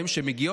מוות),